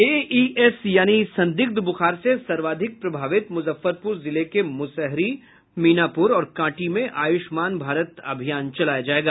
AES यानि संदिग्ध बुखार से सर्वाधिक प्रभावित मुजफ्फरपुर जिले के मुसहरी मीनापुर और कांटी में आयुष्मान भारत अभियान चलाया जायेगा